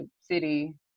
city